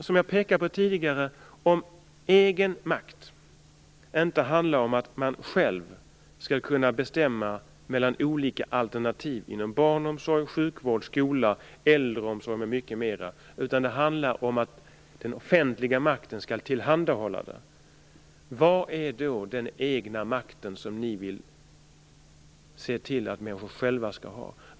Som jag tidigare pekade på: Om egen makt inte handlar om att man själv skall kunna bestämma över valet mellan olika alternativ inom barnomsorg, sjukvård, skola, äldreomsorg och mycket mera utan om att den offentliga makten skall tillhandahålla detta, vad är då den egna makten som ni vill se till att människor själva skall ha?